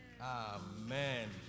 Amen